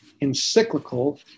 encyclical